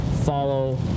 follow